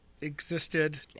existed